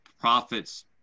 profits